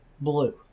Blue